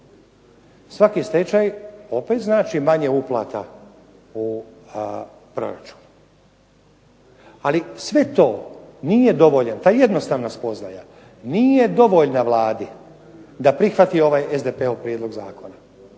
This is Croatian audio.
Svaki stečaj opet znači manje uplata u proračun, ali sve to nije dovoljan, ta jednostavna spoznaja nije dovoljna Vladi da prihvati ovaj SDP-ov prijedlog zakona.